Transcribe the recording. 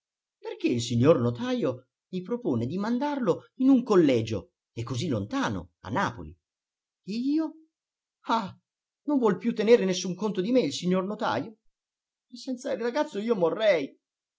perché il signor notajo mi propone di mandarlo in un collegio e così lontano a napoli e io ah non vuol più tenere nessun conto di me il signor notajo senza il ragazzo io morrei